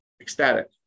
ecstatic